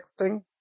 texting